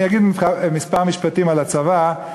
אני אגיד כמה משפטים על הצבא,